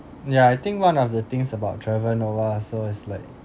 ya I think one of the things about trevor noah also is like